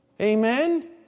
Amen